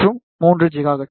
மற்றும் 3 GHz